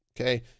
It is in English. okay